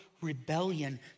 rebellion